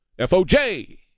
foj